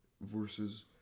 versus